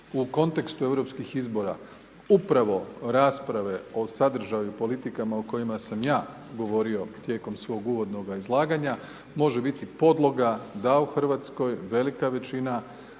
U kontekstu europskih izbora upravo rasprave o sadržaju politikama o kojima sam ja govorio tijekom svoga uvodnoga izlaganja, može biti podloga da u RH velika većina